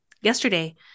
yesterday